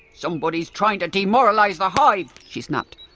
somebody's trying to demoralise the hive! she snapped,